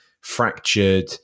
fractured